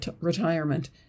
retirement